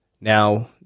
Now